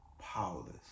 powerless